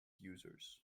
users